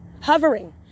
hovering